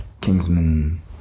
Kingsman